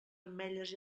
ametlles